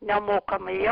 nemokamai jie